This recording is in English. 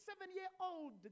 seven-year-old